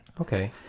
Okay